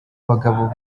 bagabo